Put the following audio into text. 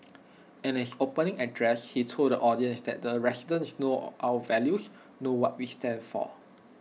in his opening address he told audience that the residents know our values know what we stand for